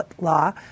law